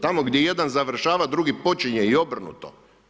Tamo gdje jedan završava, drugi počinje i obrnuto.